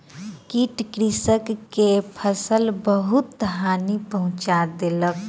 कीट कृषक के फसिलक बहुत हानि पहुँचा देलक